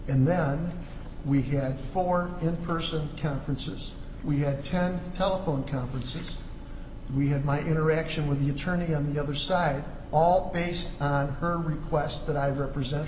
in that we had four in person conferences we had ten telephone conferences we had my interaction with the attorney on the other side all based on her request that i represent